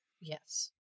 Yes